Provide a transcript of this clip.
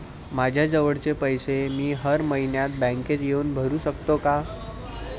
मायाजवळचे पैसे मी हर मइन्यात बँकेत येऊन भरू सकतो का?